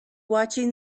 watching